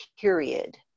period